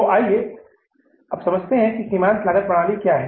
तो अब आइए समझते हैं कि सीमांत लागत प्रणाली क्या है